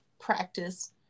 practice